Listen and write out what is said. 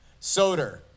Soder